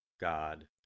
God